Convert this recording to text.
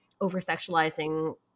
over-sexualizing